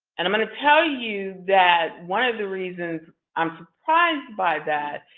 and i'm going to tell you that one of the reasons i'm surprised by that,